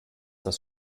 das